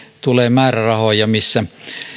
tulee määrärahoja missä